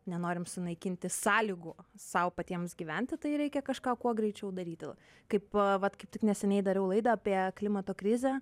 nenorim sunaikinti sąlygų sau patiems gyventi tai reikia kažką kuo greičiau daryti kaip vat kaip tik neseniai dariau laidą apie klimato krizę